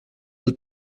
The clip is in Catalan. del